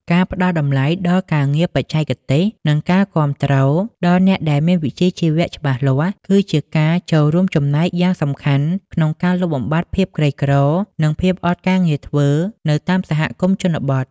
ការផ្ដល់តម្លៃដល់ការងារបច្ចេកទេស និងការគាំទ្រដល់អ្នកដែលមានវិជ្ជាជីវៈច្បាស់លាស់ គឺជាការចូលរួមចំណែកយ៉ាងសំខាន់ក្នុងការលុបបំបាត់ភាពក្រីក្រ និងភាពអត់ការងារធ្វើនៅតាមសហគមន៍ជនបទ។